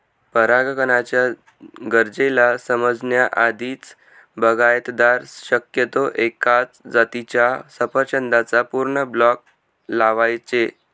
परागकणाच्या गरजेला समजण्या आधीच, बागायतदार शक्यतो एकाच जातीच्या सफरचंदाचा पूर्ण ब्लॉक लावायचे